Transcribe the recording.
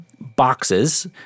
boxes